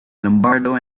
lombardo